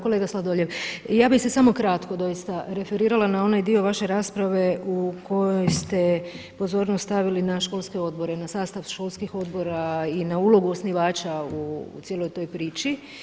Kolega Sladoljev, ja bih se samo kratko doista referirala na onaj dio vaše rasprave u kojoj ste pozornost stavili na školske odbore, na sastav školskih odbora i na ulogu osnivača u cijeloj toj priči.